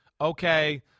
okay